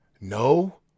No